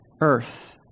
earth